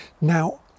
Now